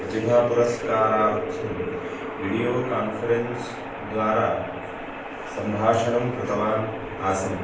प्रतिभापुरस्कारार्थं video conference द्वारा सम्भाषणं कृतवान् आसम्